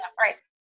Right